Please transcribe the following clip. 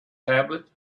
tablet